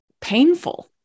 painful